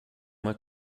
uma